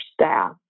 staff